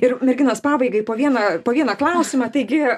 ir merginos pabaigai po vieną po vieną klausimą taigi